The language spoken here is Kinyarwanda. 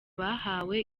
bahawe